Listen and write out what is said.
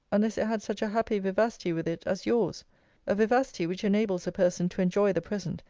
unless it had such a happy vivacity with it as yours a vivacity, which enables a person to enjoy the present,